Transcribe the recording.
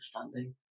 understanding